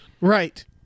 right